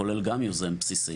זה כולל גם יוזם בסיסי.